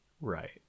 Right